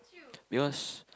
because